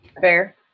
Fair